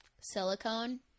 silicone